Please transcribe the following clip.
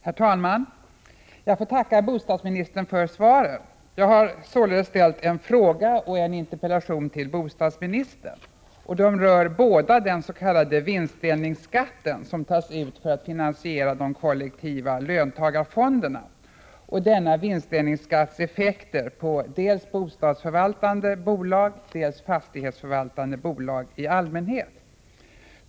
Herr talman! Jag får tacka bostadsministern för svaren. Jag har således ställt en fråga och en interpellation till bostadsministern. De rör båda den s.k. vinstdelningsskatten, som tas ut för att finansiera de kollektiva löntagarfonderna, och denna vinstdelningsskatts effekter på dels bostadsförvaltande bolag, dels fastighetsförvaltande bolag i allmänhet.